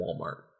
Walmart